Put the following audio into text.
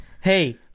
Hey